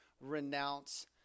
renounce